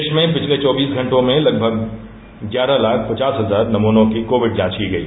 देश में पिछले चौबीस घंटों में लगभग ग्यारह लाख पचास हजार नमूनों की कोविड जांच की गई